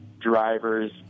drivers